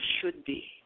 should-be